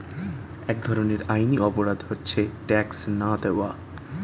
এক ধরনের আইনি অপরাধ হচ্ছে ট্যাক্স না দেওয়া